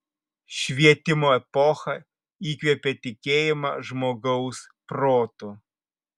švietimo epocha įkvėpė tikėjimą žmogaus protu